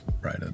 right